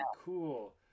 cool